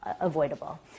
avoidable